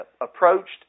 approached